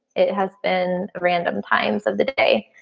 it has been random times of the day.